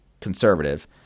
conservative